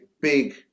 big